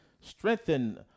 strengthen